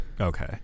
Okay